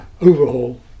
overhaul